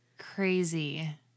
crazy